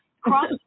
cross